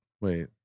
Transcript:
wait